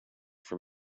from